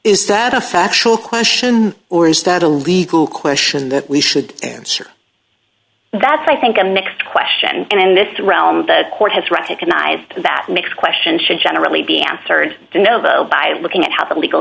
is that a factual question or is that a legal question that we should answer that i think i'm next question and if it's around that court has recognized that makes a question should generally be answered no though by looking at how the legal